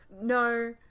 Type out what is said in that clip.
No